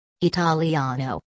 Italiano